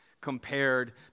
compared